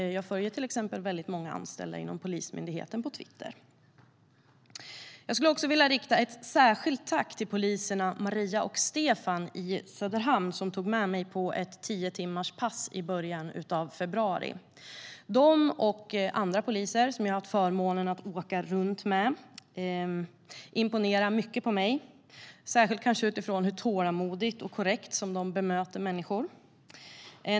Jag följer till exempel väldigt många anställda inom Polismyndigheten på Twitter. Jag skulle också vilja rikta ett särskilt tack till poliserna Maria och Stefan i Söderhamn som tog med mig på ett tiotimmarspass i början av februari. De och andra poliser som jag haft förmånen att få åka runt med imponerar mycket på mig, särskilt utifrån hur tålmodigt och korrekt de bemöter människor.